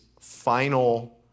final